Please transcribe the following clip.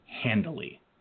Handily